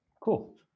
cool